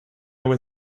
what